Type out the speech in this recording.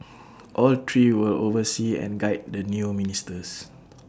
all three will oversee and guide the new ministers